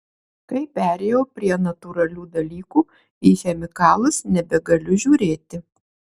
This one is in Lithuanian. kai perėjau prie natūralių dalykų į chemikalus nebegaliu žiūrėti